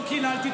לא קיללתי,